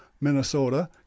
Minnesota